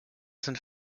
sind